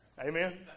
Amen